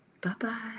bye-bye